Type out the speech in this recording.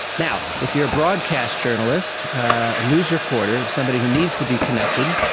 now, if you are broadcast journalist, a news reporter, somebody who needs to be connected,